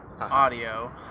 audio